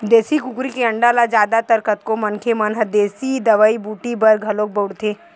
देसी कुकरी के अंडा ल जादा तर कतको मनखे मन ह देसी दवई बूटी बर घलोक बउरथे